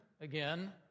again